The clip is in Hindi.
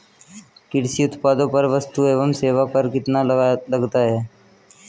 कृषि उत्पादों पर वस्तु एवं सेवा कर कितना लगता है?